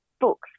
books